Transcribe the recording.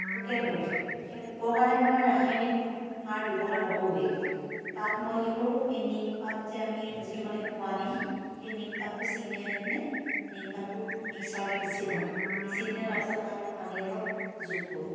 পোকে ধৰে সেই পোকৰ কাৰণে মই ৰাসায়নিক সাৰ ব্যৱহাৰ নকৰোঁৱে তাত মই কি কৰোঁ এই নিম পাত যে যিটো আমি খোৱা নিম সেই নিমপাতটো চিঙি আনি পিনে নিমপাতটো মিক্সাৰত পিচি লওঁ পিচি পিনে তাৰ পাছত তাত পানী অলপ যোগ কৰোঁ